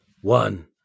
One